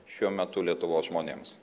šiuo metu lietuvos žmonėms